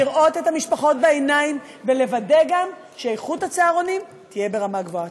לראות את המשפחות בעיניים ולוודא גם שאיכות הצהרונים תהיה ברמה גבוהה.